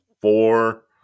four